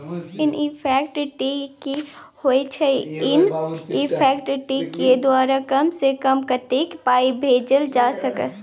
NEFT की होय छै एन.ई.एफ.टी के द्वारा कम से कम कत्ते पाई भेजल जाय छै?